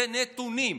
זה נתונים.